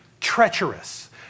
treacherous